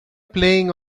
playing